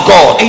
God